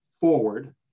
forward